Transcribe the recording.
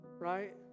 right